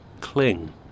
cling